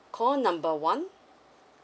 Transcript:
call number one